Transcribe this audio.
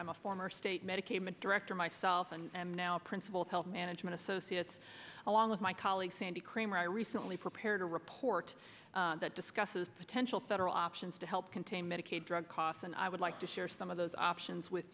i'm a former state medicaid director myself and now a principal of health management associates along with my colleague sandy kramer i recently prepared a report that discusses potential federal options to help contain medicaid drug costs and i would like to share some of those options with